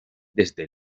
desde